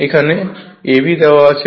এখানে ab দেওয়া আছে